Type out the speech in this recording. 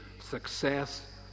success